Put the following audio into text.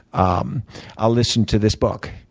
um i'll listen to this book.